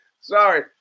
Sorry